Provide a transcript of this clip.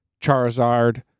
Charizard